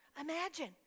Imagine